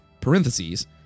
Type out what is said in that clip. parentheses